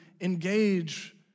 engage